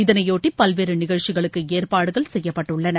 இதனையொட்டி பல்வேறு நிகழ்ச்சிகளுக்கு ஏற்பாடுகள் செய்யப்பட்டுள்ளன